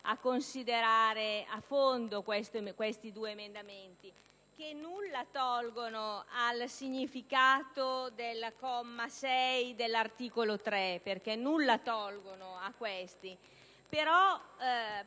a considerare a fondo questi due emendamenti che nulla tolgono al significato del comma 6 dell'articolo 3. Sanciscono, infatti,